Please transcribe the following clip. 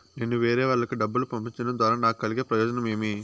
నేను వేరేవాళ్లకు డబ్బులు పంపించడం ద్వారా నాకు కలిగే ప్రయోజనం ఏమి?